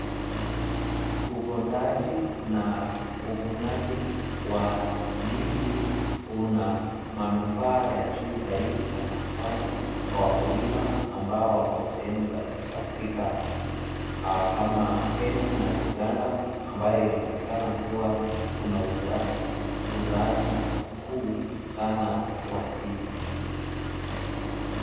Upondaji na uvunaji wa ndizi una manufaa ya juu zaidi sanaa sanaa kwa wakulima ambao wako sehemu za East afrika kama Kenya na Uganda, ambaye inaonekana kuwa kuna uzaaji kuu sanaa wa ndizi.